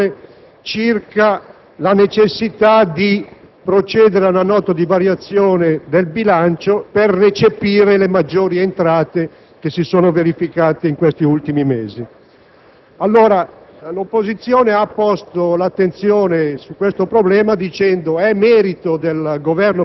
per esplicitare la nostra posizione su una questione formale, posta dall'opposizione, circa la necessità di procedere alla Nota di variazioni del bilancio per recepire le maggiori entrate che si sono verificate in questi ultimi mesi.